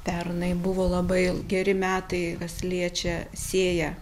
pernai buvo labai geri metai kas liečia sėją